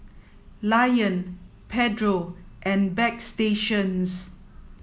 lion Pedro and Bagstationz